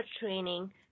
training